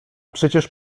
przecież